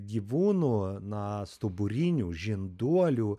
gyvūnų na stuburinių žinduolių